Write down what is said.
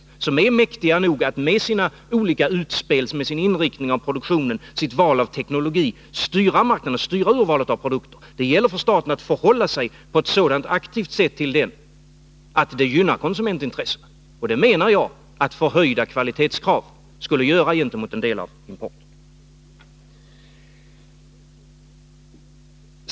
Dessa är mäktiga nog att med sina olika utspel, sin inriktning av produktionen och sitt val av teknologi styra marknaden och urvalet av produkter. Det gäller för staten att förhålla sig på ett sådant aktivt sätt till denna marknad att det gynnar konsumentintressena. Jag menar att förhöjda kvalitetskrav skulle göra detta gentemot en del av importen.